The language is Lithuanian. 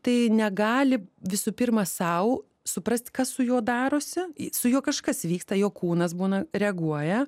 tai negali visų pirma sau suprast kas su juo darosi su juo kažkas vyksta jo kūnas būna reaguoja